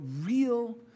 real